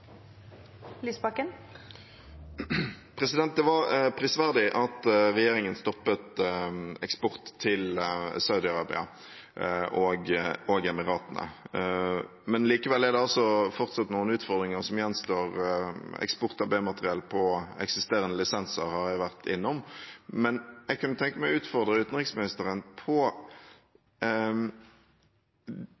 det altså fortsatt noen utfordringer som gjenstår. Eksport av B-materiell på eksisterende lisenser har jeg vært innom, men jeg kunne tenke meg å utfordre utenriksministeren på